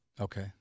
Okay